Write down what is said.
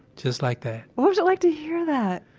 just like that what was it like to hear that?